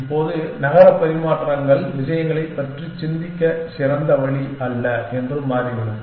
இப்போது நகர பரிமாற்றங்கள் விஷயங்களைப் பற்றி சிந்திக்க சிறந்த வழி அல்ல என்று மாறிவிடும்